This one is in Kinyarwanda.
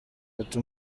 ati